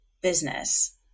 business